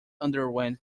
underwent